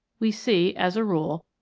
we see, as a rule,